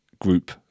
group